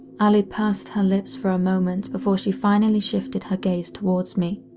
allie pursed her lips for a moment before she finally shifted her gaze towards me.